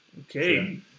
Okay